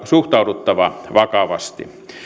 suhtauduttava vakavasti